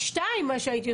שנית,